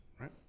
right